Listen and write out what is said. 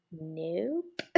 Nope